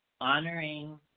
honoring